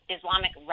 Islamic